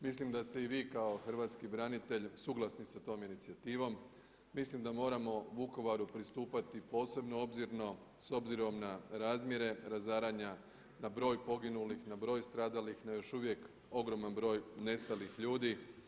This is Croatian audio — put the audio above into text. Mislim da ste i vi kao hrvatski branitelj suglasni sa tom inicijativom, mislim da moramo Vukovaru pristupati posebno obzirno s obzirom na razmjere razaranja, na broj poginulih, na broj stradalih na još uvijek ogroman broj nestalih ljudi.